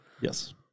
Yes